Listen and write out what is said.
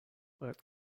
باید